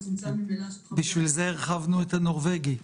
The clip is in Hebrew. בשביל זה הרחבנו את החוק הנורבגי,